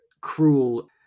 cruel